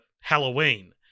halloween